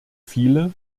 viele